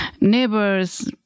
neighbors